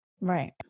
Right